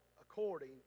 according